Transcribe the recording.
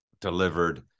delivered